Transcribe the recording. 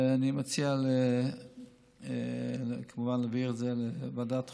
אני מציע כמובן להעביר את זה לוועדת החוקה,